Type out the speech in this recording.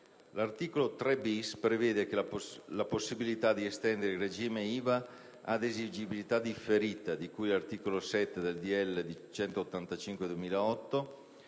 L'articolo 3*-bis* prevede la possibilità di estendere il regime IVA ad esigibilità differita, di cui all'articolo 7 del decreto-legge